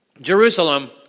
Jerusalem